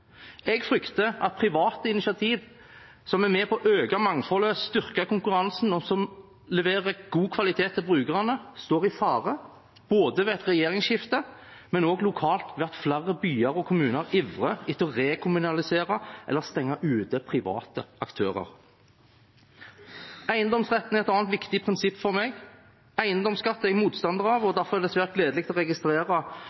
Jeg frykter at private initiativ, som er med på å øke mangfoldet og styrke konkurransen, og som leverer god kvalitet til brukerne, står i fare, både ved et regjeringsskifte og lokalt, ved at flere byer og kommuner ivrer etter å rekommunalisere eller stenge ute private aktører. Eiendomsretten er et annet viktig prinsipp for meg. Eiendomsskatt er jeg motstander av, og